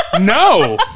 No